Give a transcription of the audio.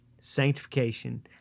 sanctification